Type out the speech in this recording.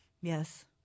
Yes